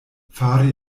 fari